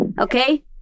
Okay